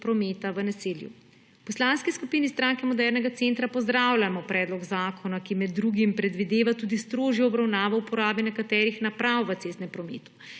prometa v naselju. V Poslanski skupini Stranke modernega centra pozdravljamo predlog zakona, ki med drugim predvideva tudi strožjo obravnavo porabe nekaterih naprav v cestnem prometu.